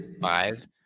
five